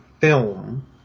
film